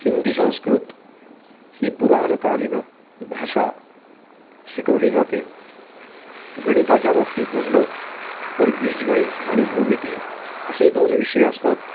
हिंदी संस्कृत ही पुराणकालीन भाषा शिकवली जाते गणिताच्या बाबतीत म्हणलं तर बीज गणित आणि भूमीती असे दोन विषय असतात